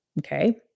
Okay